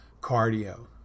cardio